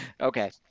okay